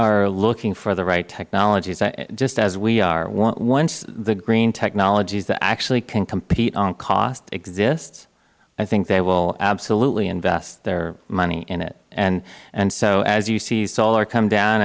are looking for the right technologies just as we are once the green technologies that actually can compete on cost exist i think they will absolutely invest their money in it and so as you see solar come down